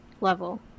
level